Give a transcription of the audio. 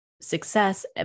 success